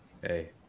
Hey